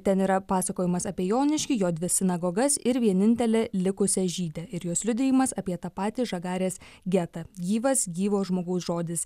ten yra pasakojimas apie joniškį jo dvi sinagogas ir vienintelę likusią žydę ir jos liudijimas apie tą patį žagarės getą gyvas gyvo žmogaus žodis